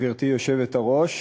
גברתי היושבת-ראש,